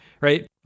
right